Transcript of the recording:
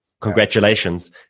Congratulations